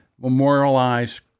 memorialize